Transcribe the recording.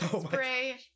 spray